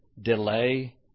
delay